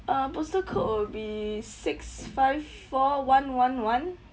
uh postal code will be six five four one one one